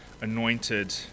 anointed